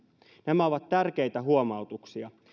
nämä ovat tärkeitä huomautuksia